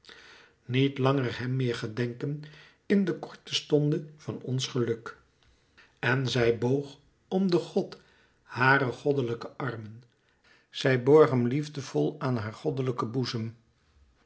niet langer hem meer gedenken in de korte stonde van ons geluk en zij boog om den god hare goddelijke armen zij borg hem liefdevol aan haar goddelijken boezem